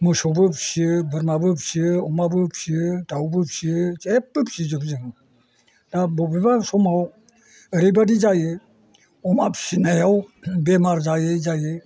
मोसौबो फिसियो बोरमाबो फिसियो अमाबो फिसियो दाउबो फिसियो जेबो फिसिजोबो जों दा बबेबा समाव ओरैबायदि जायो अमा फिसिनायाव बेमार जायै जायै